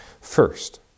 First